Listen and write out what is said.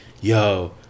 yo